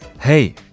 Hey